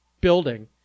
building